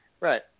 Right